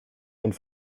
und